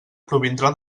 provindrà